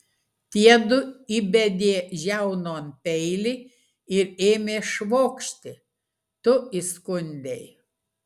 tiedu įbedė žiaunon peilį ir ėmė švokšti tu įskundei